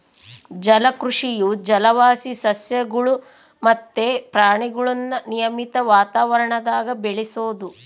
ಜಲಕೃಷಿಯು ಜಲವಾಸಿ ಸಸ್ಯಗುಳು ಮತ್ತೆ ಪ್ರಾಣಿಗುಳ್ನ ನಿಯಮಿತ ವಾತಾವರಣದಾಗ ಬೆಳೆಸೋದು